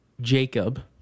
Jacob